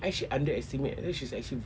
I actually underestimate then she's actually